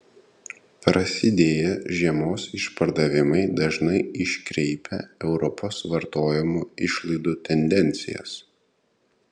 prasidėję žiemos išpardavimai dažnai iškreipia europos vartojimo išlaidų tendencijas